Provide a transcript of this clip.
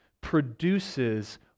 produces